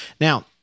Now